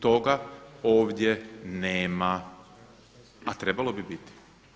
Toga ovdje nema, a trebalo bi biti.